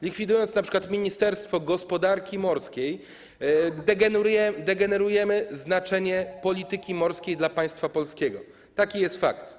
Likwidując np. ministerstwo gospodarki morskiej, degenerujemy znaczenie polityki morskiej dla państwa polskiego, taki jest fakt.